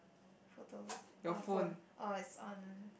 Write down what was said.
photos or phone orh is on